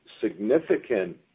significant